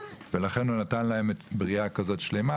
ולכן הוא נתן להם ברייה כזאת שלמה,